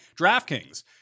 DraftKings